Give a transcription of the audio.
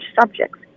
subjects